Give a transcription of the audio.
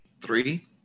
Three